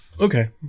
Okay